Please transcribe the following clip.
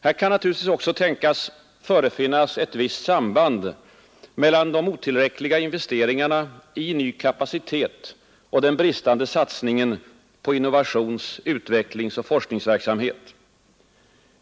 Här kan naturligtvis också tänkas förefinnas ett visst samband mellan de otillräckliga investeringarna i ny kapacitet och den bristande satsningen på innovations-, utvecklingsoch forskningsverksamhet.